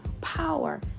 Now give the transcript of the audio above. power